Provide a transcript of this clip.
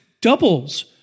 doubles